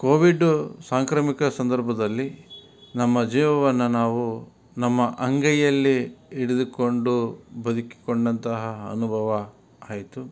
Covid ಸಾಂಕ್ರಾಮಿಕ ಸಂದರ್ಭದಲ್ಲಿ ನಮ್ಮ ಜೀವವನ್ನು ನಾವು ನಮ್ಮ ಅಂಗೈಯ್ಯಲ್ಲಿ ಹಿಡಿದುಕೊಂಡು ಬದುಕಿಕೊಂಡಂತಹ ಅನುಭವ ಆಯಿತು